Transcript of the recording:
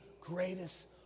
greatest